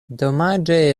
domaĝe